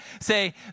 Say